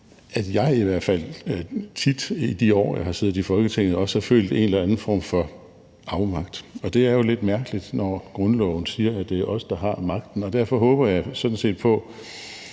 at jeg i hvert fald tit, i de år jeg har siddet i Folketinget, også har følt en eller anden form for afmagt. Og det er jo lidt mærkeligt, når grundloven siger, at det er os, der har magten. Derfor håber jeg sådan set på,